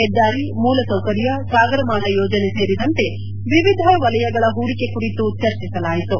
ಹೆದ್ದಾರಿ ಮೂಲಸೌಕರ್ಯ ಸಾಗರಮಾಲಾ ಯೋಜನೆ ಸೇರಿದಂತೆ ವಿವಿಧ ವಲಯಗಳ ಹೂಡಿಕೆ ಕುರಿತು ಚರ್ಚಿಸಲಾಯಿತು